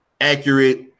accurate